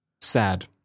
sad